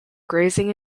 grazing